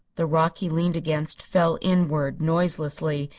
the rock he leaned against fell inward, noiselessly,